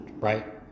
right